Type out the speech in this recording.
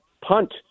punt